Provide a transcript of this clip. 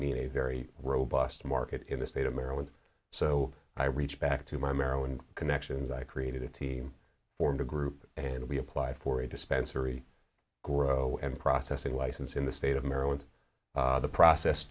a very robust market in the state of maryland so i reach back to my maryland connections i created a team formed a group and we applied for a dispensary grow and processing license in the state of maryland the process